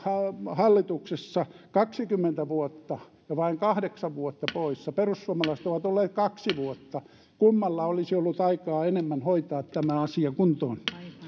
hallituksessa kaksikymmentä vuotta ja vain kahdeksan vuotta poissa perussuomalaiset ovat olleet kaksi vuotta kummalla olisi ollut enemmän aikaa hoitaa tämä asia kuntoon